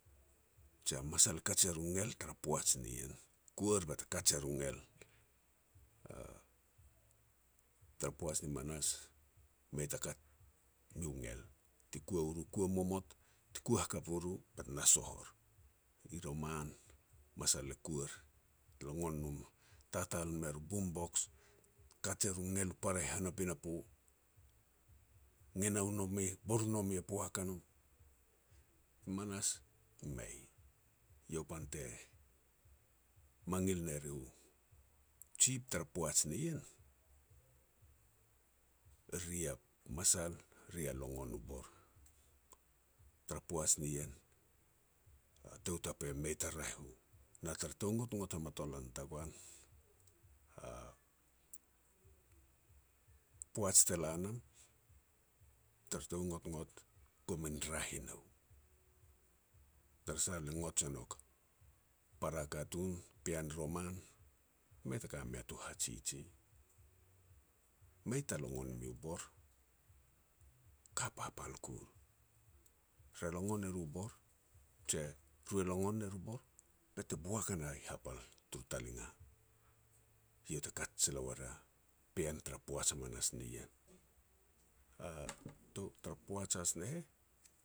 jia masal kaj er u ngel tara poaj nien, kuar bate kaj er u ngel. Tara poaj ni manas, mei ta kat miu ngel ti kua u ru, kua momot. Ti kua hakap u ru bet na soh or. I roman, masal e kuar bet longon nom tatal mer u boom box, kaj er u ngel u para i hana pinapo, ngena u nome, bor u nome boak a no, manas e mei. Eiau pan te mangil ner u jip tar poaj nien, eri a masal ri ia longon u bor tara poaj nien. A tou tapa mei ta raeh u. Na tara tou ngotngot hamatolan tagoan, a poaj te la nam tara tou ngotngot, gomin raeh i nou. Tara sah, lia ngots e nouk para katun, pean roman, mei ta ka mea tu hajiji, mei ta longon miu bor, ka papal kur. Re longon e ru bor, je ru long er u bor bete boak na i hapal turu talinga. Eiau te kat sila ua na pean tara poaj hamanas nien. Tou tara poaj has ne heh,